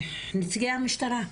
לנציגי המשטרה.